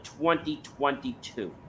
2022